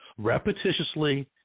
repetitiously